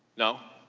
no?